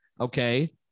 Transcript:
okay